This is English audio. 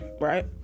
right